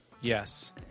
Yes